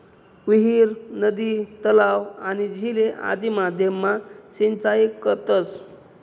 विहीर, नदी, तलाव, आणि झीले आदि माध्यम मा सिंचाई करतस